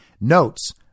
notes